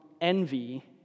envy